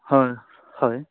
হয় হয়